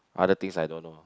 other things I don't know